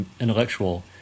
intellectual